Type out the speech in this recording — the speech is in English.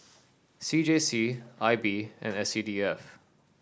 C J C I B and S C D F